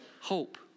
hope